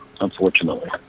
unfortunately